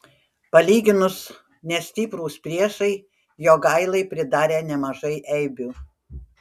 palyginus nestiprūs priešai jogailai pridarė nemažai eibių